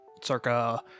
Circa